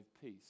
peace